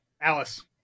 Alice